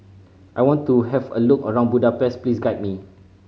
I want to have a look around Budapest please guide me